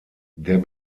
der